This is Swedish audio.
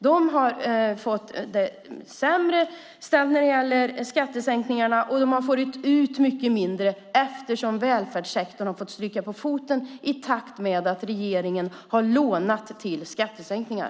De har fått det sämre ställt när det gäller skattesänkningarna, och de har fått ut mindre eftersom välfärdssektorn har fått stryka på foten i takt med att regeringen har lånat till skattesänkningar.